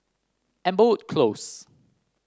Amberwood Close